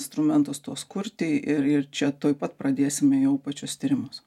instrumentus tuos kurti ir ir čia tuoj pat pradėsime jau pačius tyrimus